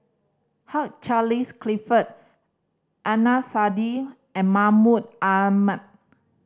Hugh Charles Clifford Adnan Saidi and Mahmud Ahmad